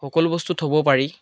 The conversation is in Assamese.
সকলো বস্তু থ'ব পাৰি